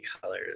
colors